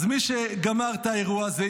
אז מי שגמר את האירוע הזה,